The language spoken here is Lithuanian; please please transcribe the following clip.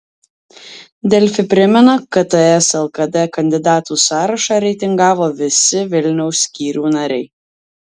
delfi primena kad ts lkd kandidatų sąrašą reitingavo visi vilniaus skyrių nariai